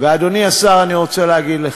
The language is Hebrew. אדוני השר, אני רוצה להגיד לך,